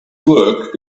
work